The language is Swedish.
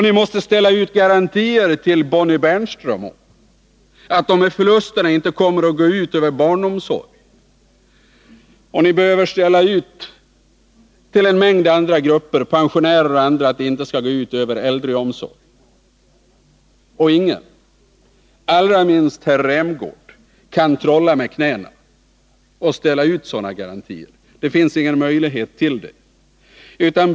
Ni måste även ställa ut garantier till Bonnie Bernström om att förlusterna inte kommer att gå ut över barnomsorgen. Och ni behöver ställa ut garantier till en mängd olika grupper — pensionärer och andra — om att förlusterna inte skall gå ut över äldreomsorgen etc. Ingen, allra minst herr Rämgård, kan trolla med knäna och ställa ut sådana garantier. Det finns ingen möjlighet att göra det.